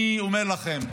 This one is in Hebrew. אני אומר לכם,